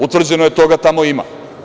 Utvrđeno je da toga tamo ima.